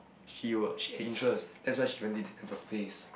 she would she had interest that's why she went dating in the first place